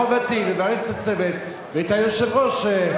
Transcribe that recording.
מחובתי לברך את הצוות ואת היושב-ראש,